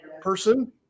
person